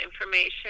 information